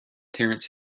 terence